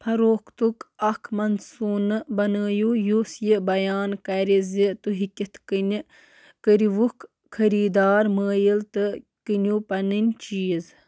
فروختُک اَکھ منصوٗنہٕ بَنٲوِو یُس یہِ بیان کَرِ زِ تۄہہِ کِتھٕ کٔنۍ کٔرۍہوٗکھ خٔریٖدار مٲیِل تہٕ کٕنِو پنٕنۍ چیٖز